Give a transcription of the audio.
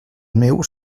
meu